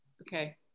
okay